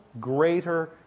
greater